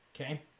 Okay